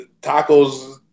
tacos